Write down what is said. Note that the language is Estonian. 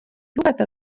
lugeda